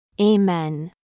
Amen